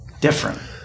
different